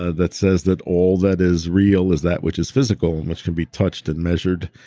ah that says that all that is real is that which is physical and which can be touched and measured.